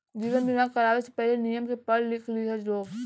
जीवन बीमा करावे से पहिले, नियम के पढ़ लिख लिह लोग